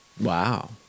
Wow